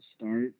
start